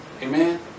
Amen